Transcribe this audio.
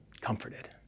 comforted